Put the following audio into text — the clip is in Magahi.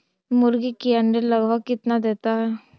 मुर्गी के अंडे लगभग कितना देता है?